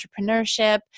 entrepreneurship